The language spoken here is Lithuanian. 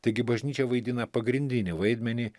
taigi bažnyčia vaidina pagrindinį vaidmenį